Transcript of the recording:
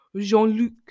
Jean-Luc